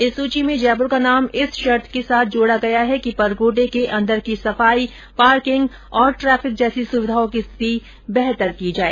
इस सूची में जयपुर का नाम इस शर्त के साथ जोड़ा गया है कि परकोटे के अंदर की सफाई पार्किंग और ट्रेफिक जैसी सुविधाओं की स्थिति बेहतर की जाए